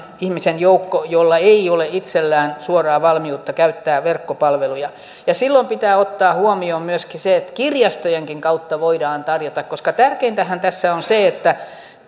ihmisen joukko jolla ei ole itsellään suoraa valmiutta käyttää verkkopalveluja ja silloin pitää ottaa huomioon myöskin se että kirjastojenkin kautta voidaan tarjota koska tärkeintähän tässä on se että